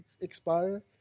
expire